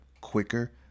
quicker